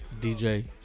DJ